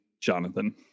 jonathan